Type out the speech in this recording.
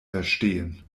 verstehen